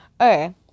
Okay